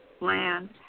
land